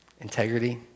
Integrity